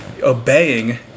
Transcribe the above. obeying